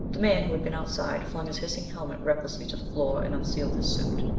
the man who had been outside flung his hissing helmet recklessly to the floor and unsealed his suit.